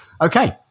Okay